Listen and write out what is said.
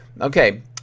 Okay